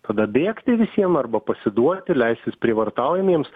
tada bėgti visiem arba pasiduoti leistis prievartaujamiems